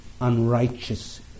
unrighteous